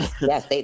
Yes